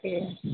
તે